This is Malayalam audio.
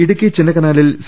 ഇടുക്കി ചിന്നക്കനാലിൽ സി